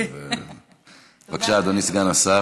תודה, אדוני היושב-ראש.